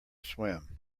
swim